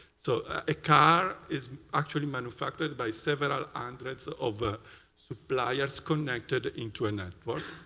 so a car is actually manufactured by several and but sort of ah suppliers connected into a network.